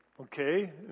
okay